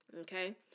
okay